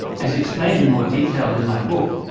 as explained in more detail in my book,